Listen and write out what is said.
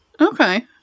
Okay